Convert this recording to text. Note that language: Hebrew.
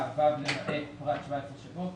בא "' למען פרט 17 שבו".